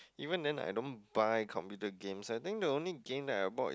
even then I don't buy computer games I think the only game that I bought is